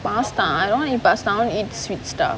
pasta I don't want to eat pasta I want to eat sweet stuff